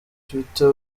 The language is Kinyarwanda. twitter